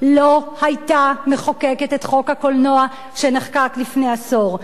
לא היתה מחוקקת את חוק הקולנוע שנחקק לפני עשור.